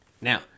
Now